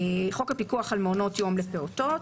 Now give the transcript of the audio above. חוק הפיקוח על מעונות יום לפעוטות.